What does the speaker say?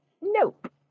Nope